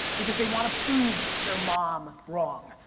because they wanna prove their mom wrong.